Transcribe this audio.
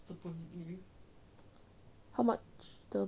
how much the